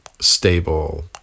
stable